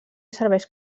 serveix